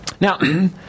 Now